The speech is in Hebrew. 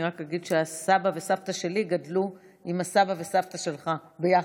אני רק אגיד שהסבא והסבתא שלי גדלו עם הסבא והסבתא שלך ביחד,